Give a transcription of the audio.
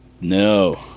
No